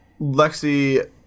lexi